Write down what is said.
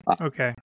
Okay